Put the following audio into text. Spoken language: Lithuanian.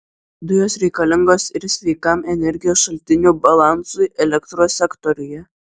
dujos reikalingos ir sveikam energijos šaltinių balansui elektros sektoriuje